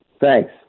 Thanks